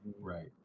Right